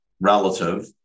relative